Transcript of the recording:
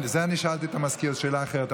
שאלתי את המזכיר שאלה אחרת.